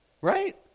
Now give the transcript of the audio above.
right